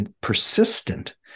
persistent